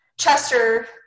Chester